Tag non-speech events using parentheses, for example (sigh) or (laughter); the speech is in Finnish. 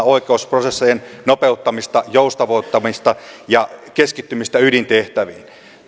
(unintelligible) oikeusprosessien nopeuttamista joustavoittamista ja keskittymistä ydintehtäviin